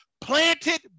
planted